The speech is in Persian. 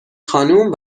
خانوم